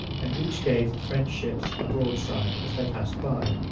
and each gave the french ships a broadside as they passed by.